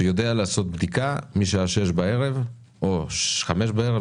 שיודע לעשות בדיקה משעה שש בערב או חמש בערב,